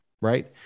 right